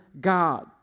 God